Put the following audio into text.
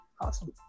Awesome